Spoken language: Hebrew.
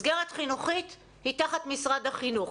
מסגרת חינוכית היא תחת משרד החינוך.